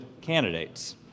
candidates